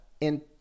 in-